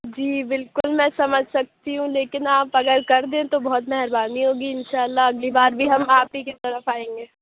جی بالکل میں سمجھ سکتی ہوں لیکن آپ اگر کر دیں تو بہت مہربانی ہوگی اِنشاء اللہ اگلی بار بھی ہم آپ ہی کی طرف آئیں گے